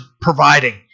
providing